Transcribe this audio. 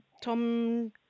Tom